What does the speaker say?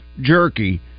jerky